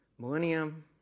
Millennium